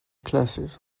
classes